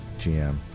GM